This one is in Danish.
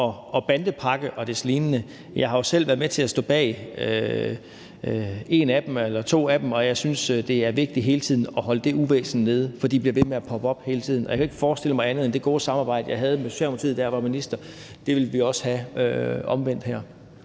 bandepakke og deslige, har jeg jo selv været med til – stået bag – en eller to af dem, og jeg synes, det er vigtigt hele tiden at holde det uvæsen nede, for de bliver ved med at poppe op hele tiden. Jeg kan ikke forestille mig andet, end at det gode samarbejde, jeg havde med Socialdemokratiet, da jeg var minister, vil vi også have med